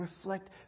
reflect